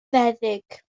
feddyg